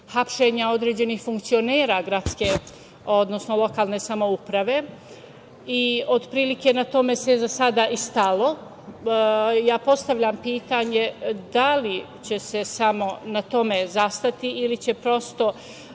hapšenja određenih funkcionera gradske odnosno lokalne samouprave i otprilike na tome se za sada i stalo. Postavljam pitanje – da li će se samo na tome zastati, ili će se prosto